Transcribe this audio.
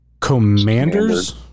Commander's